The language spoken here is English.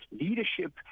leadership